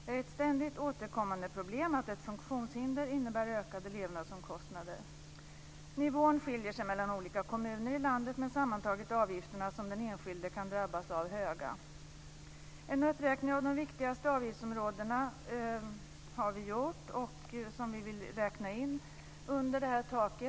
Det är ett ständigt återkommande problem att ett funktionshinder innebär ökade levnadsomkostnader. Nivån skiljer sig mellan olika kommuner i landet, men sammantaget är avgifterna som den enskilde kan drabbas av höga. Vi har gjort en uppräkning av de viktigaste avgiftsområdena som vi vill räkna in under det här taket.